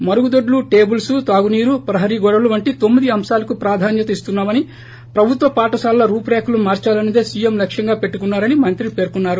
మరుగుదొడ్లు టేబుల్స్ తాగునీరు ప్రహరీ గోడలు వంటి తొమ్మిది అంశాలకు ప్రాధాన్యత ఇస్తున్నా మని ప్రభుత్వ పాఠశాలల రూపురేఖలు మార్సాలన్నదే సీఎం లక్ష్యంగా పెట్లుకున్నా రని మంత్రి పేర్కొన్నారు